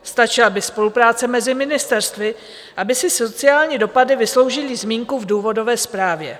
Stačila by spolupráce mezi ministerstvy, aby si sociální dopady vysloužily zmínku v důvodové zprávě.